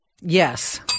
Yes